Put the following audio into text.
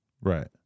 Right